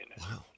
Wow